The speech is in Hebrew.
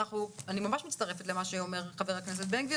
שאני ממש מצטרפת למה שאומר חבר הכנסת בן גביר